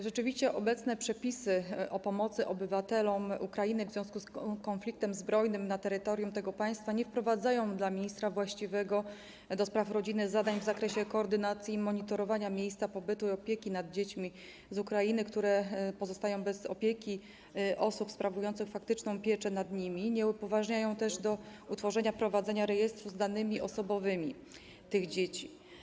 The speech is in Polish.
Rzeczywiście obecne przepisy o pomocy obywatelom Ukrainy w związku z konfliktem zbrojnym na terytorium tego państwa nie wprowadzają dla ministra właściwego do spraw rodziny zadań w zakresie koordynacji i monitorowania miejsca pobytu i opieki, jeśli chodzi o dzieci z Ukrainy, które pozostają bez opieki osób sprawujących faktyczną pieczę nad nimi, nie upoważniają też do utworzenia i prowadzenia rejestru z danymi osobowymi tych dzieci.